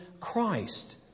Christ